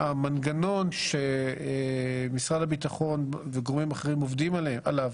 המנגנון שמשרד הביטחון וגורמים אחרים עובדים עליו,